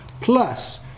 Plus